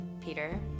Peter